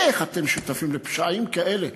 איך אתם שותפים לפשעים כאלה?